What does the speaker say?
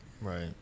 Right